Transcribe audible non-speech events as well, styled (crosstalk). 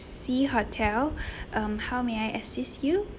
C hotel (breath) um how may I assist you